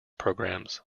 programmes